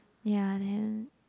ya then